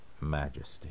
majesty